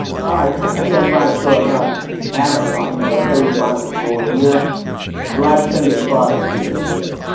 i can't find a store. that's not amazon. but let's say we find a store here life-changing products here. let's say